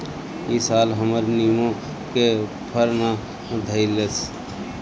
इ साल हमर निमो के फर ना धइलस